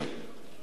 השר וילנאי,